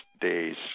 days